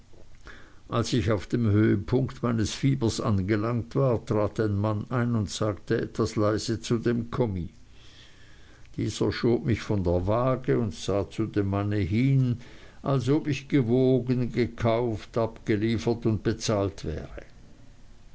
als ich auf dem höhepunkt meines fiebers angelangt war trat ein mann ein und sagte etwas leise zu dem kommis dieser schob mich von der wage und zu dem manne hin als ob ich gewogen gekauft abgeliefert und bezahlt wäre